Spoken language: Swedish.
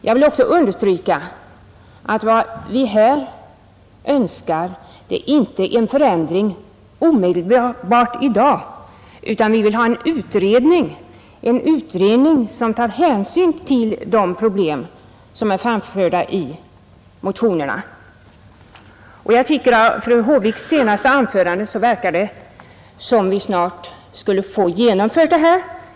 Jag vill också understryka att vad vi här önskar är inte en förändring omedelbart, utan vi vill ha en utredning som tar hänsyn till de problem som är framförda i motionerna. Av fru Håviks senaste anförande verkar det som om vi snart skulle få detta genomfört.